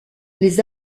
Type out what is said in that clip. les